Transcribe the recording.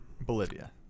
Bolivia